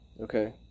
Okay